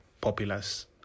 populace